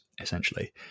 essentially